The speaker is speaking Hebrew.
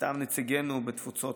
איתם נציגינו בתפוצות,